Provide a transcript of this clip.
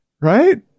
right